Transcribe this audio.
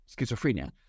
schizophrenia